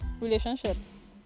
Relationships